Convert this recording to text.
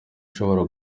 ishobora